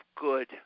good